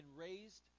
raised